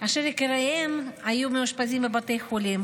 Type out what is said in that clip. אשר יקיריהן היו מאושפזים בבתי חולים.